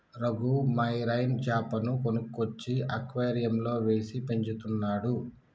Raghu marine చాపను కొనుక్కొచ్చి అక్వేరియంలో వేసి పెంచుతున్నాడు